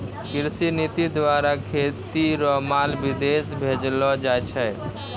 कृषि नीति द्वारा खेती रो माल विदेश भेजलो जाय छै